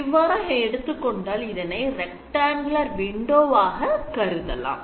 இவ்வாறாக எடுத்துக் கொண்டால் இதனை rectangular window ஆக கருதலாம்